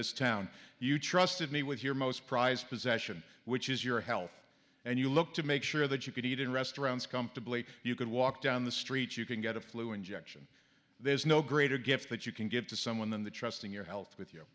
this town you trusted me with your most prized possession which is your health and you look to make sure that you could eat in restaurants comfortably you could walk down the street you can get a flu injection there's no greater gift that you can give to someone than the trusting your health with you